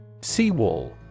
Seawall